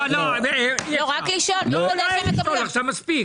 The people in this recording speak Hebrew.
מספיק.